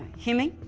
hemi?